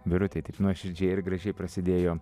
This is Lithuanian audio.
birutei taip nuoširdžiai ir gražiai prasidėjo